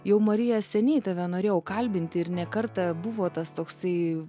jau marija seniai tave norėjau kalbinti ir ne kartą buvo tas toksai